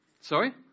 Sorry